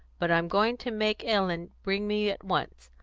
but i'm going to make ellen bring me at once.